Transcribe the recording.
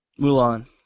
Mulan